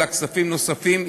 אלא כספים נוספים,